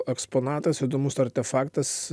eksponatas įdomus artefaktas